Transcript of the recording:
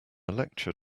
lecture